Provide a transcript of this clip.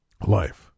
life